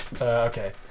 Okay